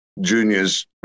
juniors